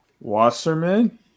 Wasserman